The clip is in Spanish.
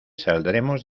saldremos